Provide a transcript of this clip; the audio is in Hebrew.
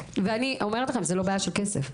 ואני אומרת לכם זו לא בעיה של כסף.